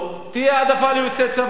תהיה העדפה ליוצא צבא.